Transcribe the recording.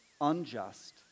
unjust